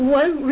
one